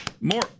More